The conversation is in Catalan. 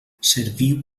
serviu